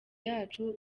yacu